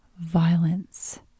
violence